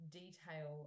detail